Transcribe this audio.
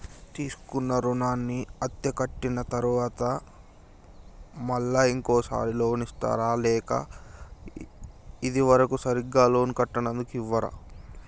తీసుకున్న రుణాన్ని అత్తే కట్టిన తరువాత మళ్ళా ఇంకో సారి లోన్ ఇస్తారా లేక ఇది వరకు సరిగ్గా లోన్ కట్టనందుకు ఇవ్వరా?